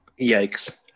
Yikes